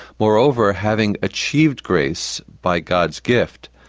moreover, having achieved grace by god's gift,